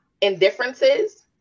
indifferences